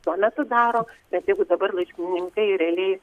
tuo metu daro nes jeigu dabar laiškininkai realiai